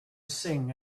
sing